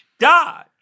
dodge